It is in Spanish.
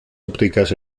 ópticas